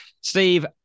Steve